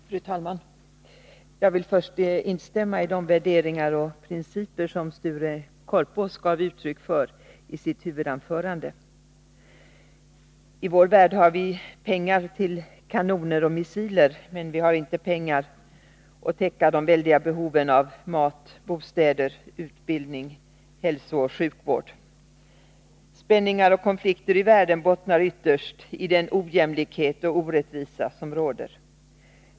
Fru talman! Jag vill först instämma i de värderingar och principer som Sture Korpås gav uttryck för i sitt huvudanförande. I vår värld har vi pengar till kanoner och missiler, men vi har inte pengar att täcka de väldiga behoven av mat, bostäder, utbildning, hälsooch sjukvård. Spänningar och konflikter i världen bottnar ytterst i den ojämlikhet och orättvisa som råder.